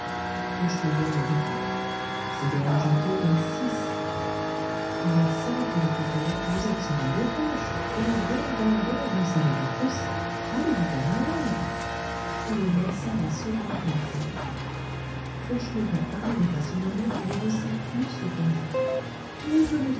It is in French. fauchelevent le retint c'est de l'argenteuil à six ah çà dit le fossoyeur vous êtes sonneur de cloches din don din don vous ne savez dire que ça allez vous faire lanlaire et il lança la seconde pelletée fauchelevent arrivait à ce moment où l'on ne sait plus ce qu'on dit mais venez